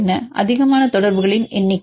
மாணவர் அதிகமான தொடர்புகளின் எண்ணிக்கை